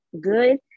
good